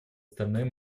стороны